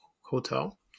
hotel